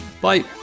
Bye